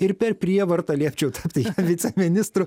ir per prievartą liepčiau tai viceministrų